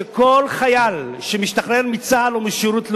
שכל חייל שמשתחרר מצה"ל או משירות לאומי,